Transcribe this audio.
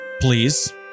Please